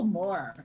more